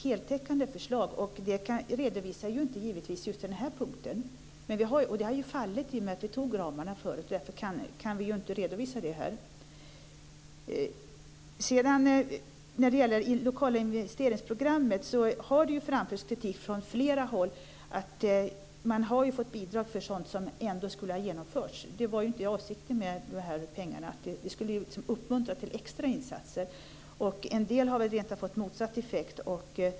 Men vi redovisar inte just den här punkten. Den föll ju när vi antog ramarna. Därför kan vi inte lämna någon redovisning här. Det har framförts kritik från flera håll mot det lokala investeringsprogrammet. Det har utbetalats bidrag för sådant som ändå skulle ha genomförts, och det var inte avsikten med dessa pengar. De skulle betalas ut som en uppmuntran till extra insatser. På en del håll har de fått motsatt effekt.